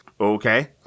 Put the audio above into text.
Okay